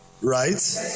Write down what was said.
right